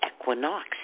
equinox